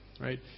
right